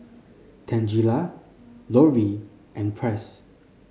Tangela Lorie and Press